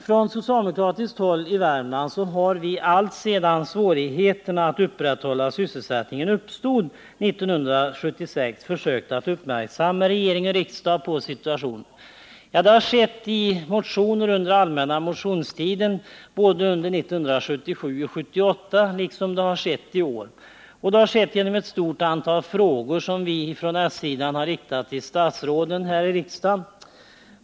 Från socialdemokratiskt håll i Värmland har vi, alltsedan svårigheterna att upprätthålla sysselsättningen uppstod 1976, försökt att uppmärksamma regering och riksdag på situationen. Det har skett i motioner under den allmänna motionstiden både 1977 och 1978, liksom det har skett i år, och det har skett genom ett stort antal frågor som vi här i riksdagen har riktat till statsråden.